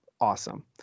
awesome